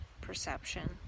perception